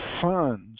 funds